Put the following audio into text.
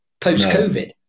post-COVID